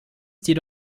jedoch